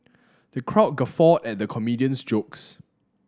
the crowd guffawed at the comedian's jokes